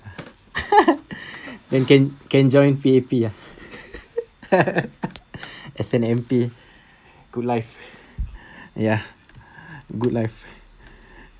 then can can join P_A_P ah as an M_P good life ya good life